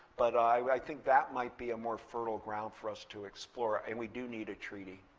but i think that might be a more fertile ground for us to explore, and we do need a treaty.